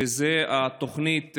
וזה התוכנית,